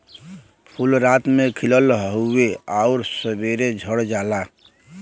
फूल रात में खिलत हउवे आउर सबेरे झड़ जाला